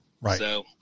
Right